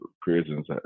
prisons